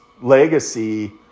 legacy